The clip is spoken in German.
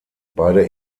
beide